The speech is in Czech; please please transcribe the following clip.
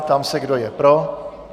Ptám se, kdo je pro.